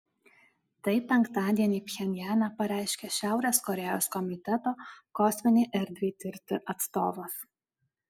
tai penktadienį pchenjane pareiškė šiaurės korėjos komiteto kosminei erdvei tirti atstovas